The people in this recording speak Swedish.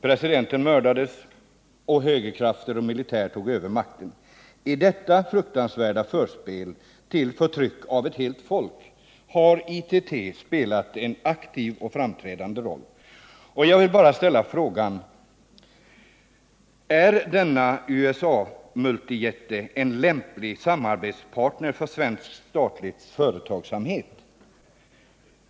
Presidenten mördades och högerkrafterna och militären tog över makten. I detta fruktansvärda förspel till förtrycket av ett helt folk har ITT spelat en aktiv och framträdande roll. Jag vill bara ställa frågan: Är denna USA multijätte en lämplig samarbetspartner för svensk statlig företagsamhet?